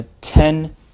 ten